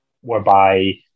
whereby